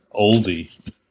oldie